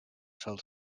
sol